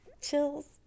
Chills